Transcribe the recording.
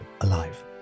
alive